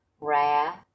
wrath